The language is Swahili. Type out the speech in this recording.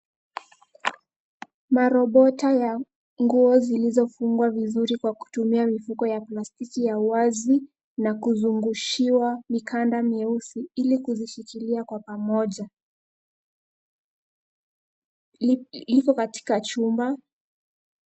Marobota ya nguo zilizofungwa vizuri kwa kutumia mifuko ya plastiki ya wazi, na kuzungushiwa mikanda myeusi ili kuzishikilia kwa pamoja. Liko katika chumba.